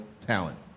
talent